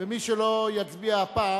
ומי שלא יצביע הפעם,